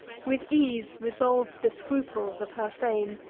with ease resolv'd the scruples of her fame,